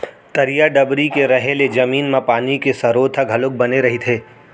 तरिया डबरी के रहें ले जमीन म पानी के सरोत ह घलोक बने रहिथे